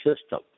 system